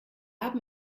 haben